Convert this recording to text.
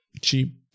cheap